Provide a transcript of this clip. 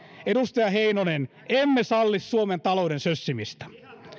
edustaja heinonen emme salli suomen talouden sössimistä